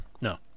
No